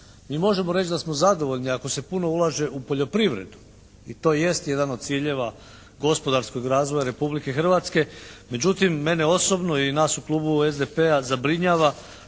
mi možemo reći da smo zadovoljni ako se puno ulaže u poljoprivredu. I to jest jedan od ciljeva gospodarskog razvoja Republike Hrvatske. Međutim mene osobno i nas u klubu SDP-a zabrinjava